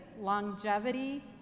longevity